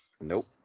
Nope